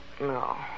no